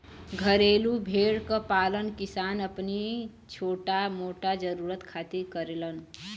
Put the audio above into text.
घरेलू भेड़ क पालन किसान अपनी छोटा मोटा जरुरत खातिर करेलन